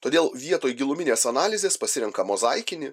todėl vietoj giluminės analizės pasirenka mozaikinį